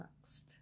next